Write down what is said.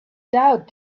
doubt